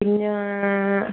പിന്നെ